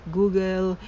Google